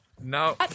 No